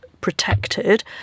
protected